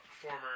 former